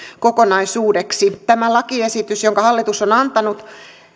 kokonaisuudeksi tämä lakiesitys jonka hallitus on antanut